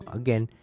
again